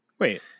Wait